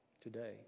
today